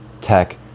tech